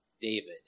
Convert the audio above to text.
David